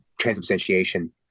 transubstantiation